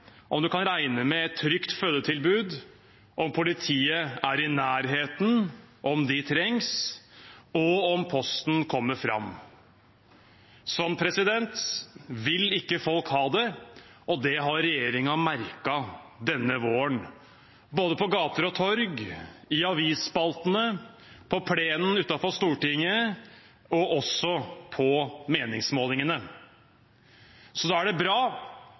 om man kan regne med å ha et trygt fødetilbud, om politiet er i nærheten om de trengs, og om posten kommer fram. Sånn vil ikke folk ha det, og det har regjeringen merket denne våren, på både gater og torg, i avisspaltene, på plenen utenfor Stortinget og på meningsmålingene. Da er det bra